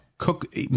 Cook